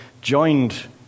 joined